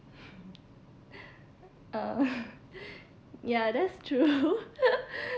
uh ya that's true